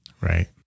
Right